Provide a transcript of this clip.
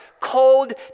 cold